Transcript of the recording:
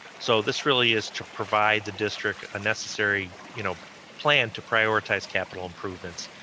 so this really is to provide the district unnecessary you know plan to prioritize capital improvements,